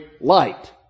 light